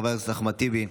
חבר הכנסת אחמד טיבי,